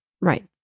Right